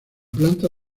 planta